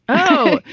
oh,